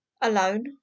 alone